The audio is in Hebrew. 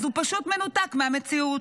אז הוא פשוט מנותק מהמציאות.